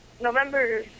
November